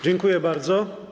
Dziękuję bardzo.